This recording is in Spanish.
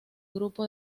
grupo